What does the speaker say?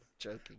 joking